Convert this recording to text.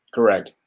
Correct